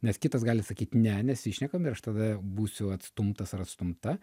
nes kitas gali sakyt ne nesišnekam ir aš tada būsiu atstumtas ar atstumta